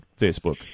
Facebook